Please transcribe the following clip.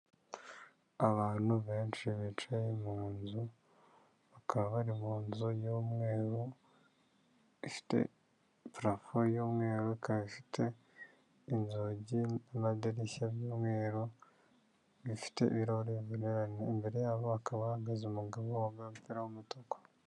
Abantu benshi bicaye mu nzu bakaba bari mu nzu y'umweru ifite parafo y'umweru ikaba ifite inzugi n'amadirishya by'umweru bifite ibirahuri imbere yabo hakaba hahagaze umugabo wambaye umupira w'umutuku.